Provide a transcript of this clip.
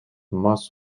más